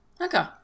Okay